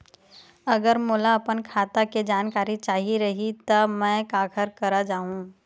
अगर मोला अपन खाता के जानकारी चाही रहि त मैं काखर करा जाहु?